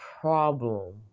problem